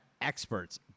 Experts